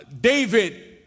David